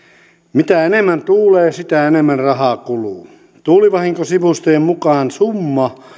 mitä enemmän tuulee sitä enemmän rahaa kuluu tuulivahinko sivuston mukaan summa